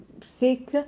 sick